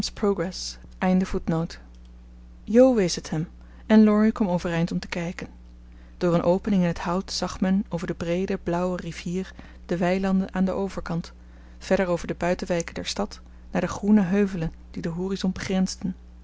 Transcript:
jo wees het hem en laurie kwam overeind om te kijken door een opening in het hout zag men over de breede blauwe rivier de weilanden aan den overkant verder over de buitenwijken der stad naar de groene heuvelen die den horizon begrensden